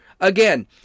Again